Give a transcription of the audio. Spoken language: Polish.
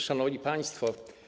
Szanowni Państwo!